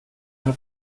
eine